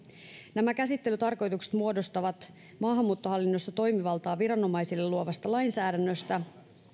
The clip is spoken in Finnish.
nämä käsittelytarkoitukset muodostuvat maahanmuuttohallinnossa toimivaltaa viranomaisille luovasta lainsäädännöstä